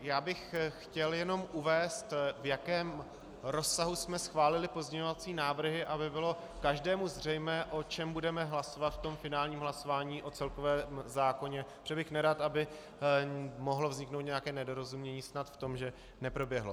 Já bych chtěl jenom uvést, v jakém rozsahu jsme schválili pozměňovací návrhy, aby bylo každému zřejmé, o čem budeme hlasovat v tom finálním hlasování o celkovém zákoně, protože bych nerad, aby mohlo vzniknout nějaké nedorozumění snad v tom, že neproběhlo.